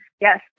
Yes